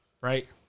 right